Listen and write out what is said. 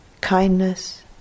Kindness